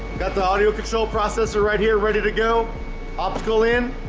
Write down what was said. got the audio control processor right here ready to go optical in